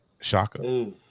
Shaka